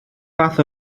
fath